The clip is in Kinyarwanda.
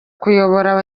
kuyobora